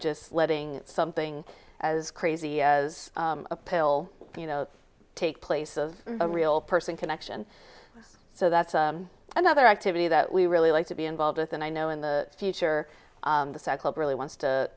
just letting something as crazy as a pill you know take place of a real person connection so that's another activity that we really like to be involved with and i know in the future the cycle really wants